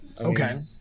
Okay